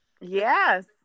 Yes